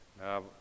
Now